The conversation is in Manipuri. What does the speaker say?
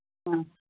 ꯑ